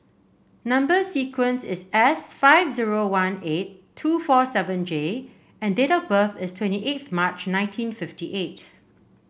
number sequence is S five zero one eight two four seven J and date of birth is twenty eight March nineteen fifty eight